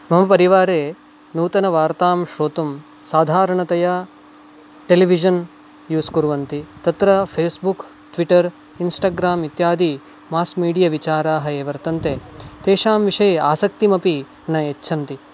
मम परिवारे नूतनवार्तां श्रोतुं साधारणतया टेलिविशन् यूस् कुर्वन्ति तत्र फेस्बुक् ट्विटर् इन्स्टाग्राम् इत्यादि मास् मीडिय विचाराः ये वर्तन्ते तेषां विषये आसक्तिमपि न यच्छन्ति